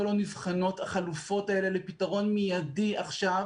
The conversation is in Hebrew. לא נבחנות החלופות האלה לפתרון מיידי עכשיו?